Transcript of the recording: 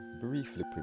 briefly